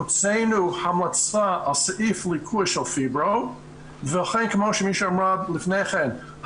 הוצאנו המלצה על סעיף ליקוי של פיברו ואכן כמו שמישהי אמרה לפני כן,